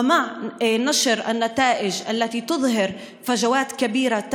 אנו נכנסים לשנת הלימודים הזאת בשיאו של משבר הקורונה,